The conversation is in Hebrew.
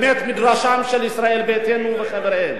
מבית-מדרשם של ישראל ביתנו וחבריהם.